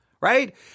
right